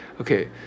okay